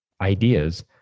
ideas